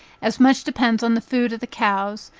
as much depends on the food of the cows,